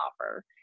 offer